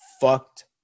fucked